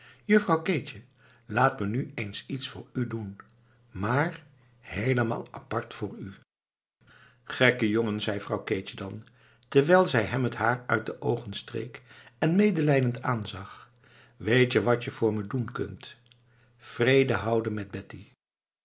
juffrouw keetje laat me nu eens iets voor u doen maar heelemaal apart voor u gekke jongen zei vrouw keetje dan terwijl zij hem het haar uit de oogen streek en medelijdend aanzag weet je wat je voor me doen kunt vrede houden met betty